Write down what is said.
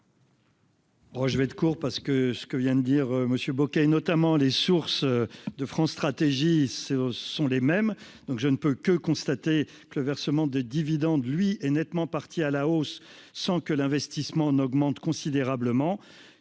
je vais être court, parce que ce que vient de dire monsieur Bocquet, et notamment les sources de France Stratégie sont les mêmes, donc je ne peux que constater que le versement de dividendes, lui, est nettement partie à la hausse, sans que l'investissement n'augmente considérablement,